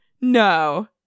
No